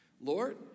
Lord